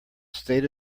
state